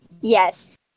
Yes